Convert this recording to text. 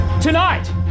Tonight